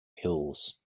hills